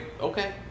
okay